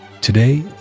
Today